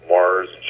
Mars